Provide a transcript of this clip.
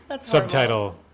Subtitle